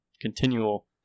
continual